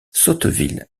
sotteville